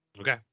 okay